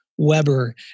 Weber